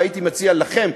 והייתי מציע לכם,